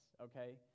okay